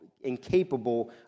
incapable